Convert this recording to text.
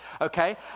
okay